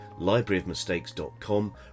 libraryofmistakes.com